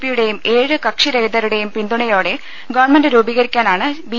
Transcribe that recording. പിയുടെയും ഏഴ് കക്ഷിരഹിതരുടെയും പിന്തുണയോടെ ഗവൺമെന്റ് രൂപീകരിക്കാനാണ് ബി